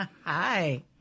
Hi